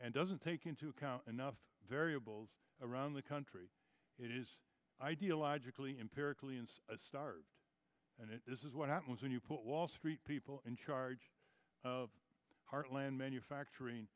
and doesn't take into account enough variables around the country it is ideologically empirically and this is what happens when you put wall street people in charge heartland manufacturing